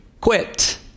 quit